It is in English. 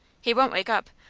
he won't wake up.